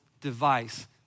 device